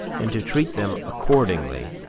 and to treat them accordingly,